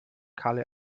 kalle